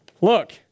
look